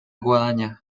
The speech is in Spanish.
guadaña